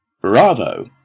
Bravo